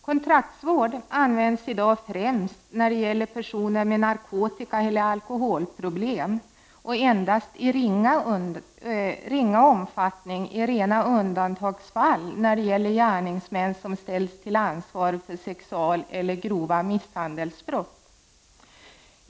Kontraktsvård används i dag främst när det gäller personer med narkotikaeller alkoholproblem och endast i ringa omfattning i rena undantagsfall då det är fråga om gärningsmän som ställs till ansvar för sexualeller grova misshandelsbrott.